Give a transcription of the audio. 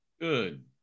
Good